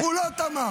הוא לא תמך.